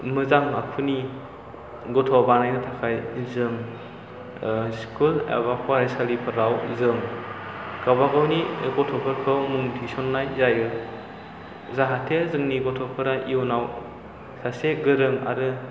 मोजां आखुनि गथ' बानायनो थाखाय जों स्कुल एबा फरायसालिफोराव जों गावबागावनि गथ'फोरखौ मुं थिसननाय जायो जाहाथे जोंनि गथ'फोरा इयुनाव सासे गोरों आरो